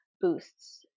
boosts